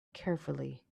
carefully